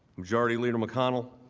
majority leader mcconnell,